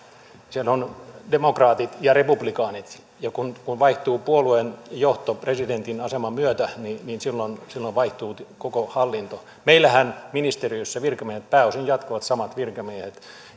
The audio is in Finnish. siellä on demokraatit ja republikaanit ja kun vaihtuu puolueen johto presidentin aseman myötä niin niin silloin silloin vaihtuu koko hallinto meillähän ministeriössä virkamiehet pääosin jatkavat samat virkamiehet